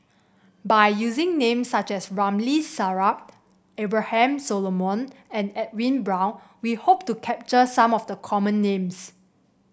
by using names such as Ramli Sarip Abraham Solomon and Edwin Brown we hope to capture some of the common names